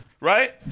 Right